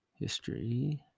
history